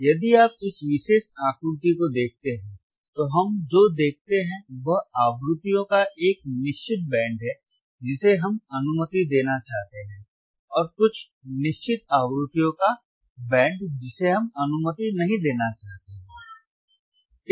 इसलिए यदि आप इस विशेष आकृति को देखते हैं तो हम जो देखते हैं वह आवृत्तियों का एक निश्चित बैंड है जिसे हम अनुमति देना चाहते हैं और कुछ निश्चित आवृत्तियों का बैंड जिसे हम अनुमति नहीं देना चाहते हैं